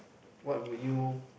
what would you